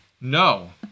No